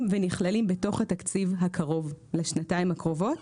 ונכללים בתוך התקציב הקרוב לשנתיים הקרובות?